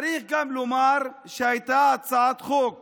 צריך גם לומר שהייתה הצעת חוק